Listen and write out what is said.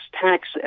tax